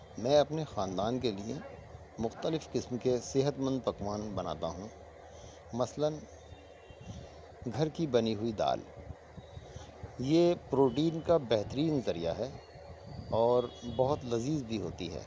میں اپنے خاندان کے لیے مختلف قسم کے صحت مند پکوان بناتا ہوں مثلاً گھر کی بنی ہوئی دال یہ پروٹین کا بہترین ذریعہ ہے اور بہت لذیذ بھی ہوتی ہے